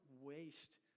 waste